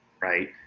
Right